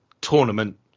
tournament